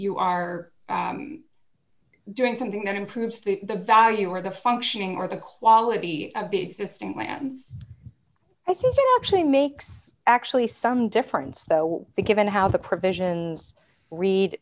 you are doing something that improves the value or the functioning or the quality of the existing lands i think it actually makes actually some difference though the given how the provisions read